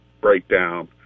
breakdown